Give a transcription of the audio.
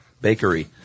Bakery